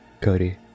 Cody